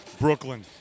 Brooklyn